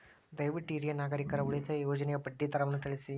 ದಯವಿಟ್ಟು ಹಿರಿಯ ನಾಗರಿಕರ ಉಳಿತಾಯ ಯೋಜನೆಯ ಬಡ್ಡಿ ದರವನ್ನು ತಿಳಿಸಿ